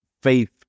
faith